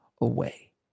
away